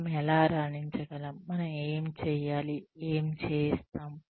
మనం ఎలా రాణించగలం మనం ఏమి చేయాలి ఏమి చేస్తాం